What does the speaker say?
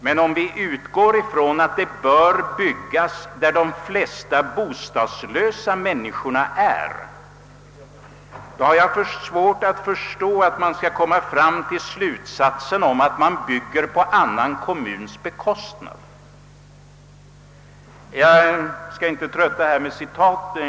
Men om vi utgår från att det bör byggas där de flesta bostadslösa människorna finns, så har jag svårt att förstå att vi skulle kunna komma till slutsatsen att man bygger på annan kommuns bekostnad. Jag skall inte trötta med citat.